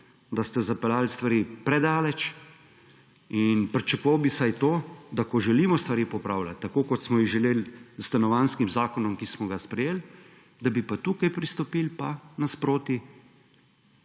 da ste zapeljali stvari predaleč in pričakoval bi vsaj to, da ko želimo stvari popravljati, tako kot smo jih želeli s Stanovanjskih zakonom, ki smo ga sprejeli, da bi pa tukaj pristopili nasproti